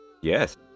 Yes